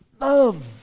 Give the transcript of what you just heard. Love